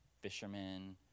Fishermen